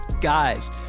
Guys